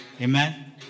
Amen